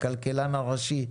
הכלכלן הראשי,